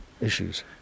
issues